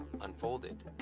unfolded